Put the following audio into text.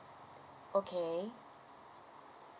okay